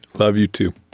love you, too.